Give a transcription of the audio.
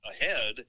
ahead